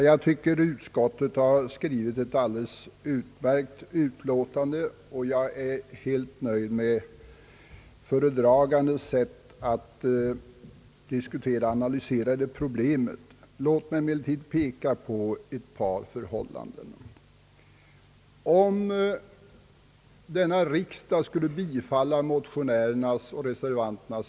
Herr talman! Utskottet har skrivit ett alldeles utmärkt utlåtande, och jag är helt nöjd med den föredragandes sätt att diskutera och analysera problemet. Låt mig emellertid peka på ett par förhållanden.